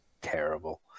terrible